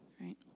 Right